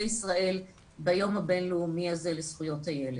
ישראל ביום הבינלאומי הזה לזכויות הילד.